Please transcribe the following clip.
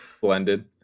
Blended